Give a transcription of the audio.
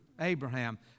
Abraham